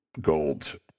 gold